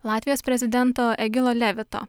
latvijos prezidento egilo levito